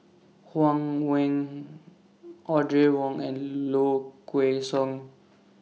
Huang Wen Audrey Wong and Low Kway Song